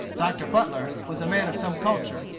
dr. butler was a man of some culture,